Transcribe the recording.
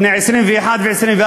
בני 21 ו-24,